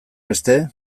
beste